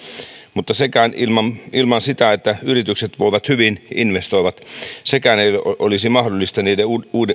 mutta ilman ilman sitä että yritykset voivat hyvin ja investoivat ei olisi mahdollista niiden